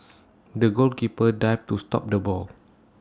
the goalkeeper dived to stop the ball